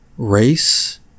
Race